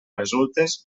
resultes